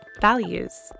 values